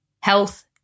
health